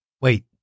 Wait